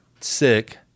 sick